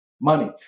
money